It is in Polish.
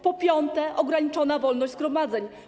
Po piąte, ograniczona wolność zgromadzeń.